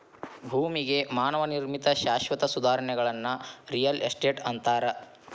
ಭೂಮಿಗೆ ಮಾನವ ನಿರ್ಮಿತ ಶಾಶ್ವತ ಸುಧಾರಣೆಗಳನ್ನ ರಿಯಲ್ ಎಸ್ಟೇಟ್ ಅಂತಾರ